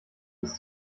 bis